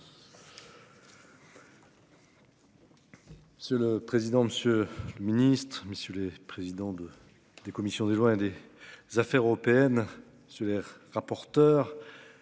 C'est le président, Monsieur le Ministre, messieurs les présidents de des commissions des lois et des affaires européennes sur les rapporteurs.